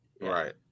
Right